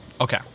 okay